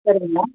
சரிங்க